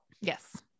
Yes